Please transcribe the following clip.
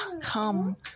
come